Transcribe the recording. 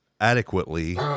adequately